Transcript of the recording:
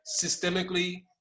systemically